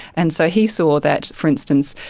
and so he saw that, for instance,